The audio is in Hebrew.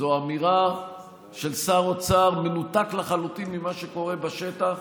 זאת אמירה של שר אוצר מנותק לחלוטין ממה שקורה בשטח,